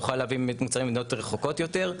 נוכל להביא באמת מוצרים ממדינות רחוקות יותר.